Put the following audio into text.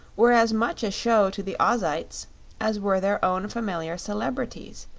were as much a show to the ozites as were their own familiar celebrities,